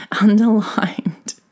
underlined